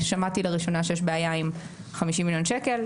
ששמעתי לראשונה שיש בעיה עם 50 מיליון שקלים.